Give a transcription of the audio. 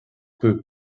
peu